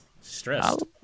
Stressed